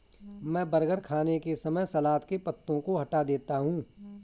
मैं बर्गर खाने के समय सलाद के पत्तों को हटा देता हूं